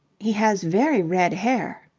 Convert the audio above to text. he has very red hair.